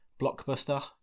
blockbuster